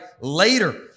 later